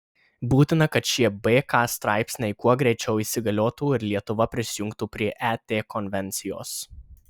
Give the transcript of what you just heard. būtina kad šie bk straipsniai kuo greičiau įsigaliotų ir lietuva prisijungtų prie et konvencijos